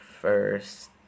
First